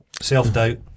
Self-doubt